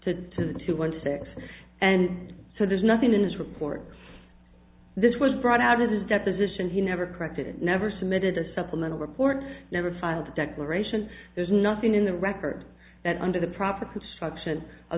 to the two hundred six and so there's nothing in his report this was brought out of the deposition he never corrected and never submitted a supplemental report never filed a declaration there's nothing in the record that under the proper construction o